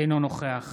אינו נוכח